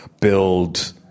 build